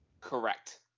Correct